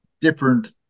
different